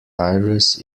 aires